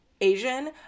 Asian